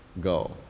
go